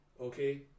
Okay